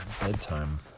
Bedtime